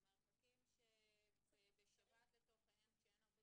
למרחקים שבשבת לצורך העניין כשאין הרבה